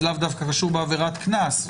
זה לאו ודווקא רישום בעבירות קנס.